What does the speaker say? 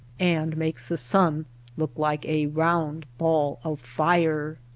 and makes the sun look like a round ball of fire.